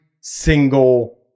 single